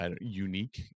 unique